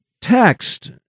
text